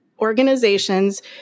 organizations